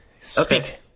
speak